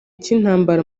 cy’intambara